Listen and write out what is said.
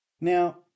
Now